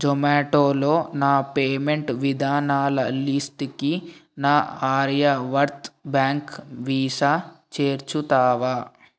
జొమాటోలో నా పేమెంట్ విధానాల లిస్టుకి నా ఆర్యవ్రత్ బ్యాంక్ వీసా చేర్చుతావా